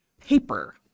paper